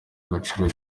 agaciro